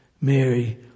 Mary